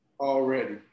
already